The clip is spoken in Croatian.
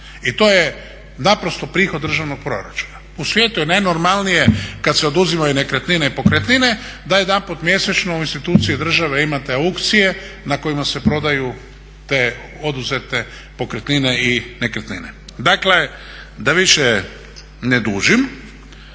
i to je naprosto prihod državnog proračuna. U svijetu je najnormalnije kad se oduzimaju nekretnine i pokretnine, da jedanput mjesečno u instituciji države imate aukcije na kojima se prodaju te oduzete pokretnine i nekretnine. Dakle da više ne dužim,